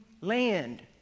land